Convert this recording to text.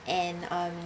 and um